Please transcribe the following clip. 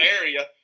area